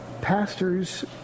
pastors